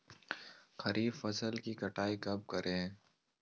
खरीफ फसल की कटाई कब करिये?